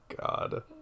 God